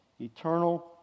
eternal